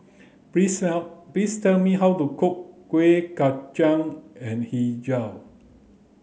please please tell me how to cook kuih kacang and hijau